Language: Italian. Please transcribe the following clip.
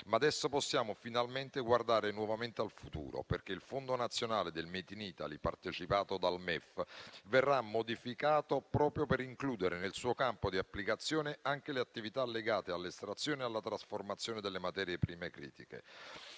Ma adesso possiamo finalmente guardare nuovamente al futuro, perché il Fondo nazionale del made in Italy, partecipato dal MEF, verrà modificato proprio per includere nel suo campo di applicazione anche le attività legate all'estrazione e alla trasformazione delle materie prime critiche.